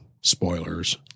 spoilers